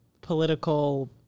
political